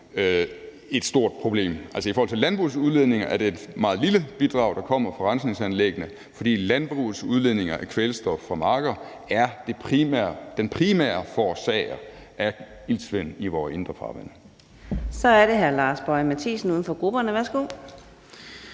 et stort problem. Altså, i forhold til landbrugets udledninger er det et meget lille bidrag, der kommer fra rensningsanlæggene, for landbrugets udledninger af kvælstof fra marker er den primære forårsager af iltsvind i vore indre farvande. Kl. 13:26 Fjerde næstformand (Karina